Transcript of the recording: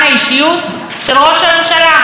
כי מהי המדינה אם לא ראש הממשלה?